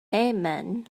amen